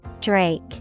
Drake